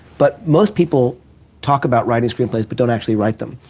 but most people talk about writing screenplays but don't actually write them.